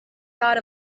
dot